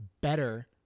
better